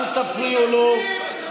אל תפריעו לו,